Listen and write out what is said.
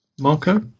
Marco